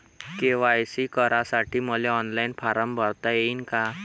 KYC करासाठी मले online form भरता येईन का?